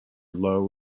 low